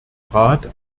rat